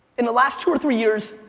in the last two or three years,